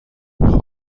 خانم